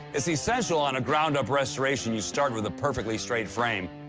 it's essential on a ground-up restoration you start with a perfectly straight frame.